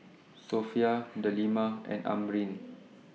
Sofea Delima and Amrin